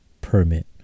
permit